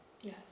yes